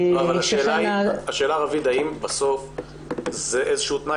השאלה היא האם בסוף זה איזשהו תנאי